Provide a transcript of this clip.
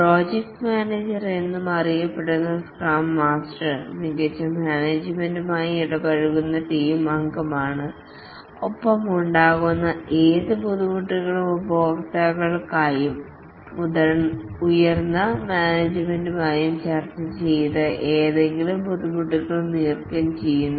project manager എന്നും അറിയപ്പെടുന്ന scrum master ഉന്നത മാനേജുമെന്റുമായി ഇടപഴകുന്ന ടീം അംഗമാണ് ഒപ്പം ഉണ്ടാകുന്ന ഏത് ബുദ്ധിമുട്ടുകളും ഉപഭോക്താക്കളുമായും ഉയർന്ന മാനേജുമെന്റുമായും ചർച്ച ചെയ്ത് എന്തെങ്കിലും ബുദ്ധിമുട്ടുകൾ ഉണ്ടെങ്കിൽ നീക്കംചെയ്യുന്നു